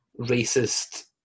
racist